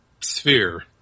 sphere